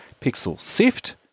pixelsift